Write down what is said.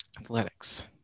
Athletics